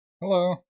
Hello